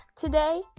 Today